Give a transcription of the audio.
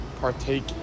partake